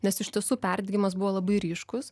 nes iš tiesų perdegimas buvo labai ryškus